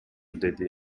деди